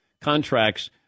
contracts